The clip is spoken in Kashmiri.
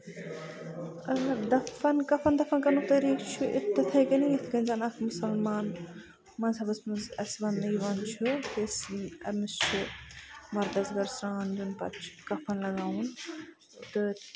دَفَن کَفَن دَفَن کَرنُک طریٖقہٕ چھُ تِتھٕے کنہِ یِتھ کٔنۍ زَن اکھ مُسلمان مَزہَبَس منٛز اَسہِ وَنٕنہٕ یِوان چھُ اس لیے أمِس چھُ موردَس گۄڈٕ سران دیُن پَتہٕ چھُ کَفَن لَگاوُن تہٕ